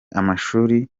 amashuri